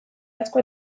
asko